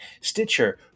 Stitcher